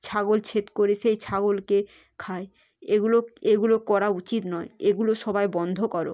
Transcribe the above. ছাগল ছেদ করে সেই ছাগলকে খায় এগুলো এগুলো করা উচিত নয় এগুলো সবাই বন্ধ করো